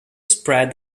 spread